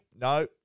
No